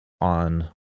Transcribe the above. on